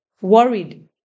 worried